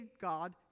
God